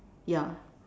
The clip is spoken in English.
ya